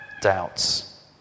doubts